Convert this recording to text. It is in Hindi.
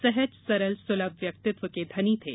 सहज सरल सुलभ व्यक्तित्व के धनी थे